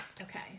okay